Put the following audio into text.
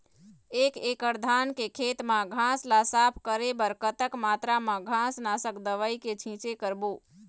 एक एकड़ धान के खेत मा घास ला साफ करे बर कतक मात्रा मा घास नासक दवई के छींचे करबो?